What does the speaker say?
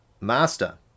Master